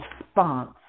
response